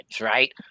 right